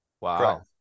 Wow